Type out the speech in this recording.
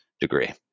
degree